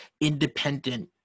independent